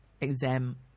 exam